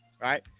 right